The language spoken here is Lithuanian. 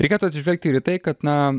reikėtų atsižvelgti ir į tai kad na